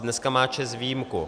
Dneska má ČEZ výjimku.